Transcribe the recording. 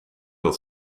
dat